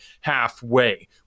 halfway